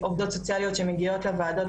עובדות סוציאליות שמגיעות לוועדות,